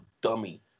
dummy